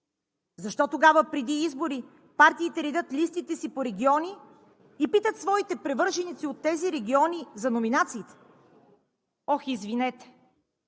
Защо тогава преди избори партиите редят листите си по региони и питат своите привърженици от тези региони за номинациите?! Ох, извинете,